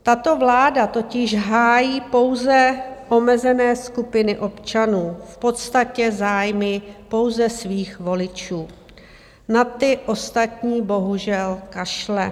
Tato vláda totiž hájí pouze omezené skupiny občanů, v podstatě zájmy pouze svých voličů, na ty ostatní bohužel kašle.